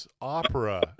opera